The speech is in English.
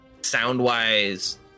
Sound-wise